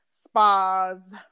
spas